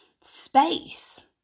space